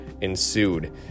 ensued